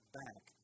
back